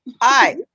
Hi